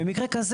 בעצם,